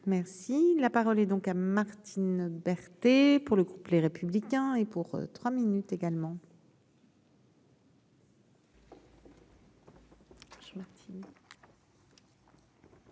merci, la parole est donc à Martine Berthet pour le groupe Les Républicains et pour trois minutes également.